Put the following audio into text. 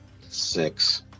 Six